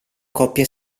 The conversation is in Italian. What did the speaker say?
coppia